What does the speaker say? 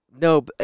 no